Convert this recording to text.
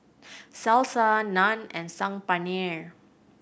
Salsa Naan and Saag Paneer